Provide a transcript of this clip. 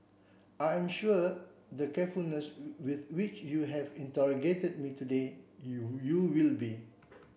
I am sure the given with which you have interrogated me today you you will be